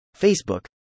Facebook